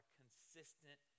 consistent